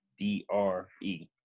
D-R-E